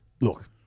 look